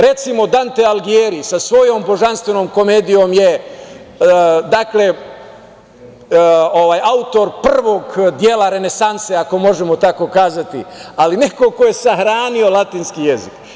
Recimo, Dante Algijeri sa svojom "Božanstvenom komedijom" je autor prvog dela renesanse, ako možemo tako reći, ali neko ko je sahranio latinski jezik.